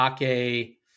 Ake